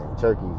turkey